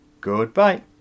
Goodbye